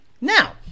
Now